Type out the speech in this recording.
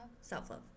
self-love